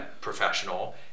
professional